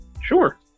sure